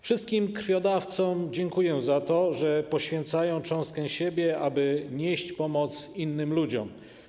Wszystkim krwiodawcom dziękuję za to, że poświęcają cząstkę siebie, aby nieść pomoc innym ludziom.